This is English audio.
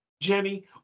Jenny